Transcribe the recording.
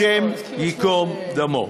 השם יקום דמו.